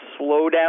slowdown